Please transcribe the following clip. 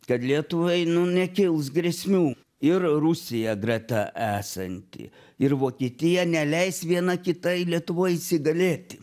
kad lietuvai nu nekils grėsmių ir rusija greta esanti ir vokietija neleis viena kitai lietuvoj įsigalėti